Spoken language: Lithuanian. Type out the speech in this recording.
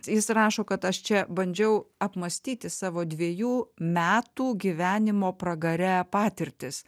jis rašo kad aš čia bandžiau apmąstyti savo dviejų metų gyvenimo pragare patirtis